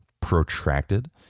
protracted